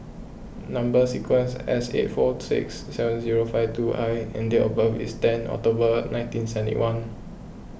Number Sequence is S eight four six seven zero five two I and date of birth is ten October nineteen seventy one